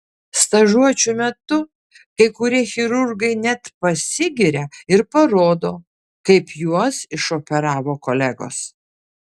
stažuočių metu kai kurie chirurgai net pasigiria ir parodo kaip juos išoperavo kolegos